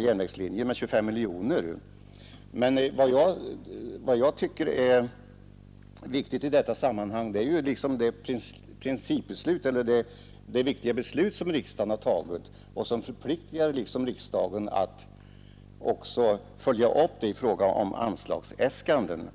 järnvägslinjer — anslaget har ökats med 25 miljoner. Vad jag tycker är viktigt i detta sammanhang är det principbeslut som riksdagen fattat och som riksdagen bör vara förpliktigad att följa upp när det gäller anslagsgivningen.